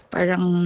Parang